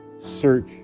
Search